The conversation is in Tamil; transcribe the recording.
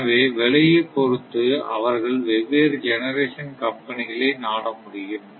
எனவே விலையை பொறுத்து அவர்கள் வெவ்வேறு ஜெனரேஷன் கம்பெனிகளை நாட முடியும்